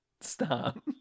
stop